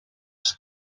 ski